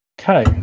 Okay